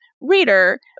reader